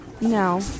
No